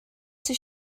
does